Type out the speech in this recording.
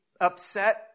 upset